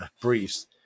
briefs